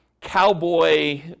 cowboy